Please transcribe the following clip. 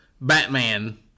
Batman